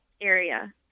area